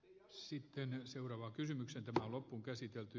sitten seuraavat kysymykset on tontista